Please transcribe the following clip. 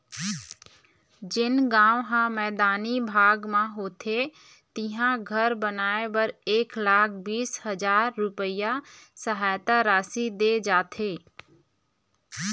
जेन गाँव ह मैदानी भाग म होथे तिहां घर बनाए बर एक लाख बीस हजार रूपिया सहायता राशि दे जाथे